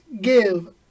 give